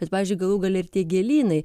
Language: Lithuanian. bet pavyzdžiui galų gale ir tie gėlynai